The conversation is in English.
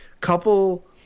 couple